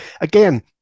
again